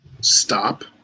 stop